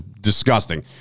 disgusting